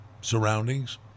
Surroundings